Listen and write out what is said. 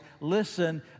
Listen